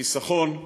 חיסכון,